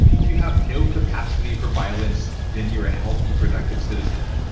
if you have no capacity for violence, then you're a healthy, productive citizen,